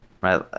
right